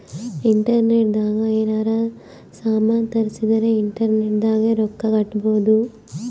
internet ದಾಗ ಯೆನಾರ ಸಾಮನ್ ತರ್ಸಿದರ ಇಂಟರ್ನೆಟ್ ದಾಗೆ ರೊಕ್ಕ ಕಟ್ಬೋದು